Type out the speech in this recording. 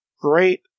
great